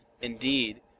indeed